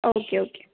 okay okay